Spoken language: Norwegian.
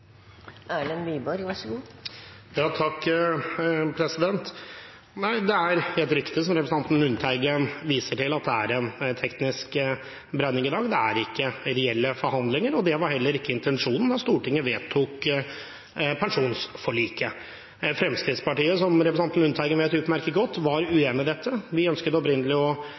Det er helt riktig, som representanten Lundteigen viser til, at det er en teknisk beregning i dag, det er ikke reelle forhandlinger, og det var heller ikke intensjonen da Stortinget vedtok pensjonsforliket. Fremskrittspartiet var, som representanten Lundteigen vet utmerket godt, uenig i dette. Vi ønsket opprinnelig å ha en annen modell, og